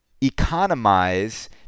economize